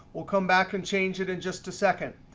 we'll come back and change it in just a second.